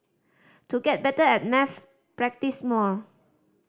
to get better at maths practise more